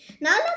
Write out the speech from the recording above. now